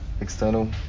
external